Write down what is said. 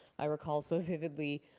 i recall so vividly.